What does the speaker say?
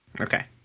Okay